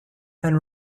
and